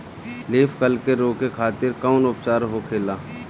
Leaf curl के रोके खातिर कउन उपचार होखेला?